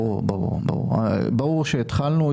ברור שהתחלנו.